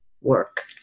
work